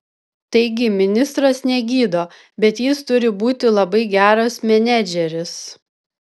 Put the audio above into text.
taigi ministras negydo bet jis turi būti labai geras menedžeris